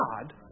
God